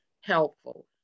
helpful